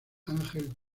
ángel